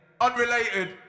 unrelated